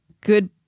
good